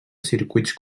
circuits